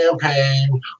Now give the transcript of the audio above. campaign